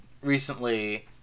recently